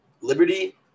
Liberty